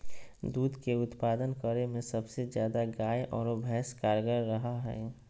दूध के उत्पादन करे में सबसे ज्यादा गाय आरो भैंस कारगार रहा हइ